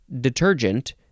detergent